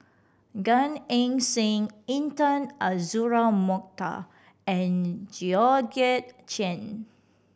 Gan Eng Seng Intan Azura Mokhtar and Georgette Chen